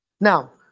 Now